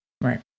Right